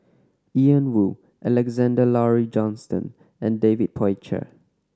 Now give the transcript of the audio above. Ian Woo Alexander Laurie Johnston and David Tay Poey Cher